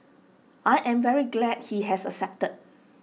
I am very glad he has accepted